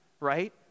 right